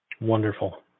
Wonderful